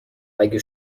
اگه